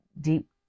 deep